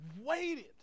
waited